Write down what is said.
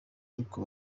ariko